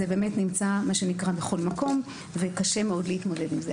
זה באמת נמצא בכל מקום וקשה מאוד להתמודד עם זה.